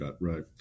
Right